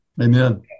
Amen